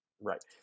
Right